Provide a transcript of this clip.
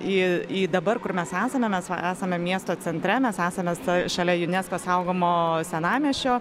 į į dabar kur mes esame mes esame miesto centre mes esame sa šalia junesko saugomo senamiesčio